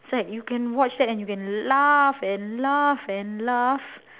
it's like you can watch that and you can laugh and laugh and laugh